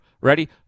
ready